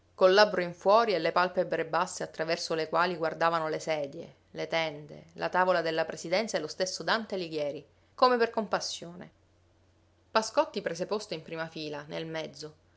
labbro in fuori e le palpebre basse attraverso le quali guardavano le sedie le tende la tavola della presidenza e lo stesso dante alighieri come per compassione pascotti prese posto in prima fila nel mezzo